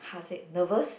how to said nervous